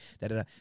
da-da-da